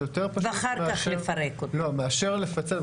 זה יותר פשוט מאשר לפצל.